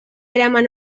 eraman